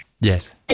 yes